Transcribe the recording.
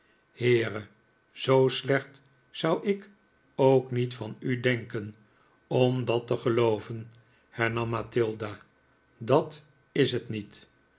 heere zoo slecht zou ik ook niet van u denken om dat te gelooven hernam mathilda dat is het niet